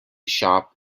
shop